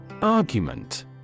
Argument